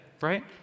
right